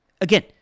again